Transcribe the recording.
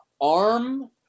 Arm